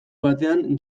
batean